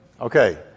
Okay